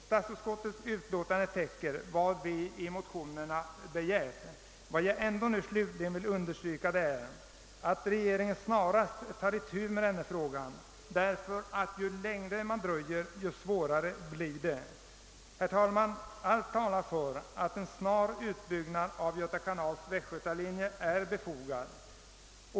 Statsutskottets utlåtande täcker vad vi begärt i motionerna, men till slut vill jag dock understryka att regeringen snarast bör ta itu med denna fråga, ty ju längre man dröjer desto svårare blir det. Herr talman! Allt talar för att en snar utbyggnad av Göta kanals västgötalinje är befogad.